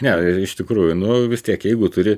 ne iš tikrųjų nu vis tiek jeigu turi